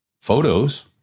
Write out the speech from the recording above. photos